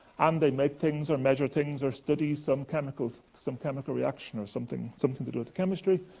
and they make things or measure things or study some chemical some chemical reaction or something something to do with chemistry.